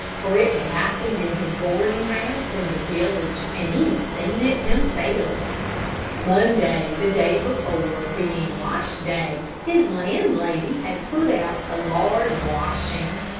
for it had happened in his boarding house in the village, and he had seen it himself. monday, the day before, being wash-day, his landlady had put out a large washing.